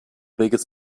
biggest